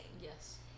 yes